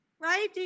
right